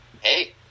Hey